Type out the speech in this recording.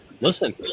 Listen